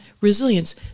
resilience